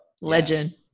legend